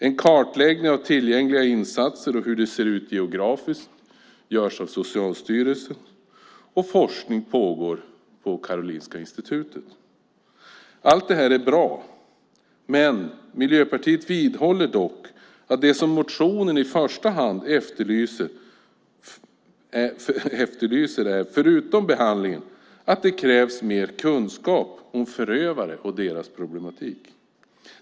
En kartläggning av tillgängliga insatser och hur det ser ut geografiskt görs av Socialstyrelsen, och forskning pågår på Karolinska Institutet. Allt detta är bra, men Miljöpartiet vidhåller att det som motionen i första hand efterlyser, förutom behandlingen, är att det krävs mer kunskap om förövare och deras problematik.